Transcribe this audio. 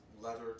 leather